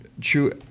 true